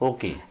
Okay